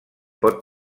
pot